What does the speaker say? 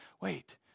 wait